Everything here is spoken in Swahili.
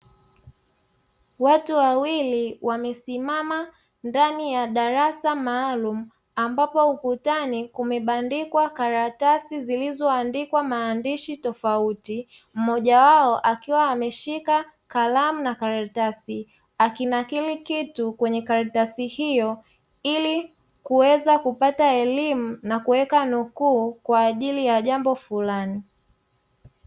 Watu wawili wamesimama ndani ya darasa maalumu, ambapo ukutani kumebandikwa karatasi zilizoandikwa maandishi tofauti, mmojawao akiwa ameshika kalamu na karatasi, akinakili kitu kwenye karatasi hiyo ili kuweza kupata elimu na kuweka nukuu kwa ajili ya jambo fulani.